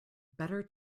better